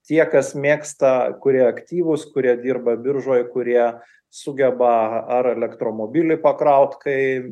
tie kas mėgsta kurie aktyvūs kurie dirba biržoj kurie sugeba ar elektromobilį pakraut kai